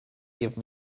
give